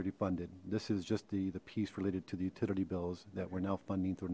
already funded this is just the the piece related to the utility bills that were now funding